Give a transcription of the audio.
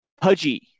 pudgy